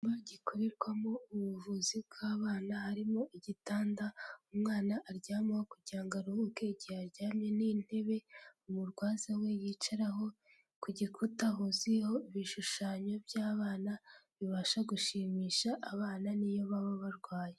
Icyumba gikorerwamo ubuvuzi bw'abana, harimo igitanda umwana aryamaho kugira aruhuke igihe aryamye n'intebe umurwaza we yicaraho, ku gikuta huzuyeho ibishushanyo by'abana, bibasha gushimisha abana n'iyo baba barwaye.